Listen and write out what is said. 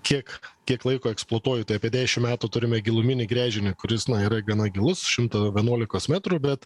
kiek kiek laiko eksploatuoju tai apie dešim metų turime giluminį gręžinį kuris yra gana gilus šimto vienuolikos metrų bet